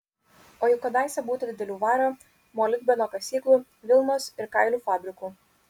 o juk kadaise būta didelių vario molibdeno kasyklų vilnos ir kailių fabrikų